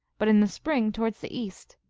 but in the spring towards the east,